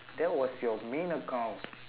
that was your main account